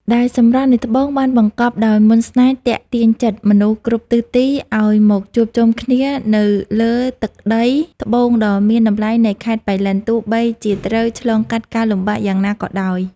ដែលសម្រស់នៃត្បូងបានបង្កប់ដោយមន្តស្នេហ៍ទាក់ទាញចិត្តមនុស្សគ្រប់ទិសទីឱ្យមកជួបជុំគ្នានៅលើទឹកដីត្បូងដ៏មានតម្លៃនៃខេត្តប៉ៃលិន ទោះបីជាត្រូវឆ្លងកាត់ការលំបាកយ៉ាងណាក៏ដោយ។